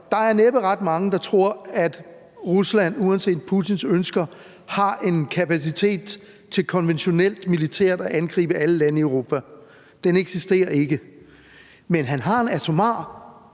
der er næppe ret mange, der tror, at Rusland – uanset Putins ønsker – har en kapacitet til konventionelt militært at angribe alle lande i Europa. Den eksisterer ikke. Men han har en atomar